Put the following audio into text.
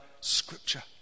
scripture